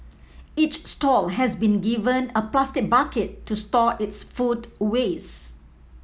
each stall has been given a plastic bucket to store its food waste